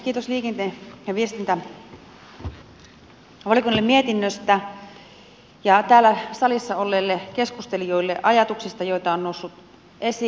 kiitos liikenne ja viestintävaliokunnalle mietinnöstä ja täällä salissa olleille keskustelijoille ajatuksista joita on noussut esiin